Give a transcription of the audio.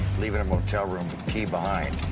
leaving a motel room key behind.